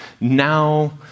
now